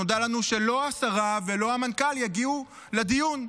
נודע לנו שלא השרה ולא המנכ"ל יגיעו לדיון.